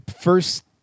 first